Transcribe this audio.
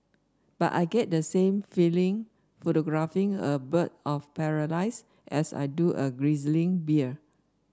but I get the same feeling photographing a bird of paradise as I do a grizzly bear